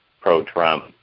pro-Trump